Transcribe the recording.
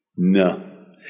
No